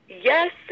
yes